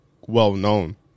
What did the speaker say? well-known